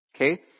Okay